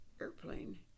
airplane